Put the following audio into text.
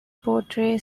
portray